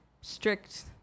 strict